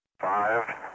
Five